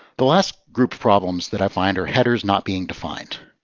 the last group problems that i find are headers not being defined.